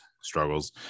struggles